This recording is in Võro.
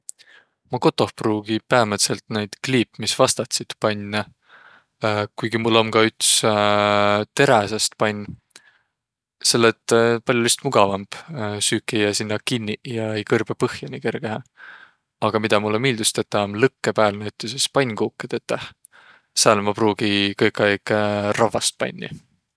Maq kotoh pruugi päämädselt naid kliipmisvastatsiid pannõ, kuigi mul om ka üts teräsest pann, selle et pall'o lihtsalt mugavamb ku süük ei jääq sinnäq kinniq ja ei kõrbõq põhja nii kergehe. Aga midä mullõ miildüs tetäq, om lõkkõ pääl näütüses pannkuukõ tetäq, sääl maq pruugi kõikaig ravvast panni.